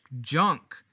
junk